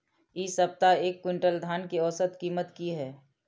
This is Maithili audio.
इ सप्ताह एक क्विंटल धान के औसत कीमत की हय?